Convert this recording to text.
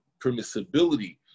permissibility